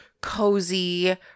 cozy